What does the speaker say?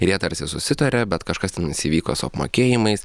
ir jie tarsi susitarė bet kažkas įvyko su apmokėjimais